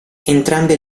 entrambe